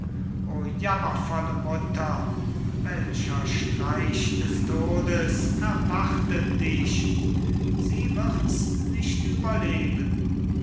o jammervolle mutter welcher streich des todes erwartet dich sie wirds nicht überleben